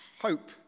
hope